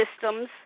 systems